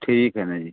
ठीक है ना जी